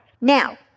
Now